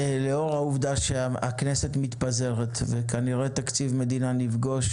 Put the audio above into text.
לאור העובדה שהכנסת מתפזרת וכנראה את תקציב מדינה נפגוש